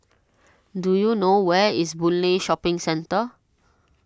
do you know where is Boon Lay Shopping Centre